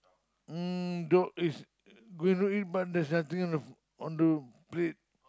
um dog is going to eat but there's nothing on the on the plate